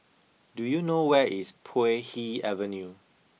do you know where is Puay Hee Avenue